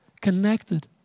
Connected